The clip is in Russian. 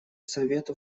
совету